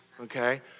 Okay